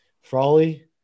Frawley